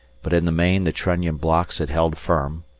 but in the main the trunnion blocks had held firm,